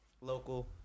Local